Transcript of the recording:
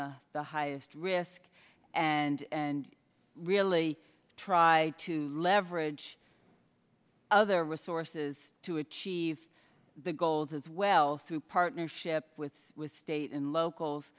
the the highest risk and really try to leverage other resources to achieve the goals as well through partnerships with state and locals